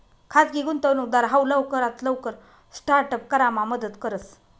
खाजगी गुंतवणूकदार हाऊ लवकरात लवकर स्टार्ट अप करामा मदत करस